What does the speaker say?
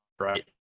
right